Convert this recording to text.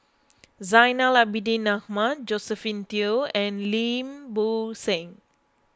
Zainal Abidin Ahmad Josephine Teo and Lim Bo Seng